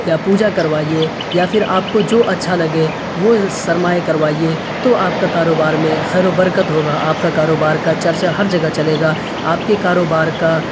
یا پوجا کروائیے یا پھر آپ کو جو اچھا لگے وہ سرمایہ کروائیے تو آپ کا کاروبار میں خیر و برکت ہوگا آپ کا کاروبار کا چرچا ہر جگہ چلے گا آپ کے کاروبار کا